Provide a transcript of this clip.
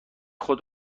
خود